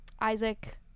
isaac